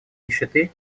нищеты